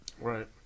Right